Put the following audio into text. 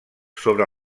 sobre